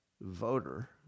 voter